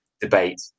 Debate